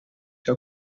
zou